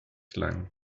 klang